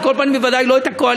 על כל פנים בוודאי לא את הקואליציה,